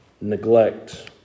neglect